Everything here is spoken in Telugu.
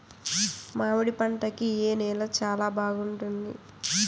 మామిడి పంట కి ఏ నేల చానా బాగుంటుంది